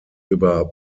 über